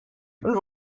und